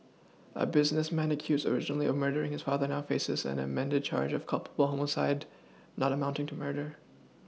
a businessman accused originally of murdering his father now faces an amended charge of culpable homicide not amounting to murder